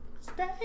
Stay